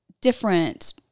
different